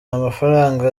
amafaranga